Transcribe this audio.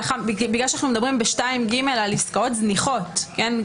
בגלל שאנחנו מדברים ב-2ג על עסקאות זניחות --- כן.